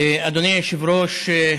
אדוני היושב-ראש.